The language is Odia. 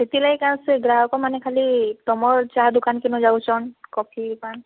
ସେଥିଲାଗି କାଣା ସେ ଗ୍ରାହକ୍ ମାନେ ଖାଲି ତମ ଚାହା ଦୋକାନ୍ କେନ୍ ଯାଉଛନ୍ କଫି ପାଇଁ